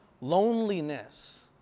loneliness